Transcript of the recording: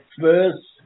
first